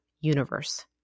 universe